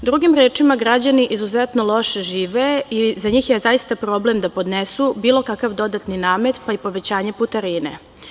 Drugim rečima, građani izuzetno loše žive i za njih je zaista problem da podnesu bilo kakav dodatni namet, pa i povećanje putarine.